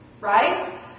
Right